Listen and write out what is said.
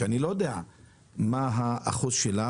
שאני לא יודע מה ההיקף שלה,